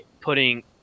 putting